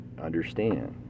understand